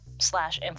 slash